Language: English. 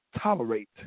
tolerate